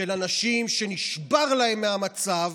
של אנשים שנשבר להם מהמצב,